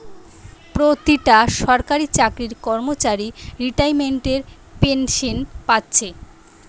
পোতিটা সরকারি চাকরির কর্মচারী রিতাইমেন্টের পেনশেন পাচ্ছে